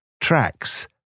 Tracks